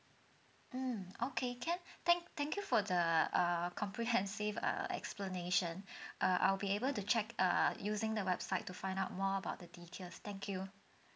mm okay can thank thank you for the err comprehensive err explanation uh I'll be able to check err using the website to find out more about the details thank you